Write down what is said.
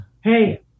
Hey